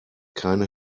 keine